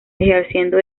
ejerciendo